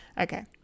Okay